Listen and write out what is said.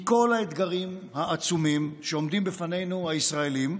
מכל האתגרים העצומים שעומדים בפנינו, הישראלים,